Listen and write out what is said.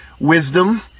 wisdom